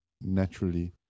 naturally